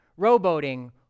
rowboating